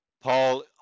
Paul